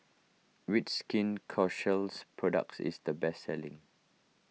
which Skin products is the best selling